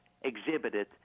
exhibited